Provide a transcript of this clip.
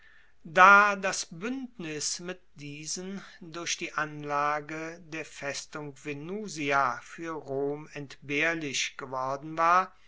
da das buendnis mit diesen durch die anlage der festung venusia fuer rom entbehrlich geworden war